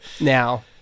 now